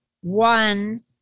one